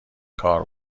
کار